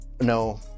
No